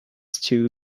stew